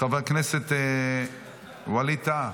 גם אני מוותר,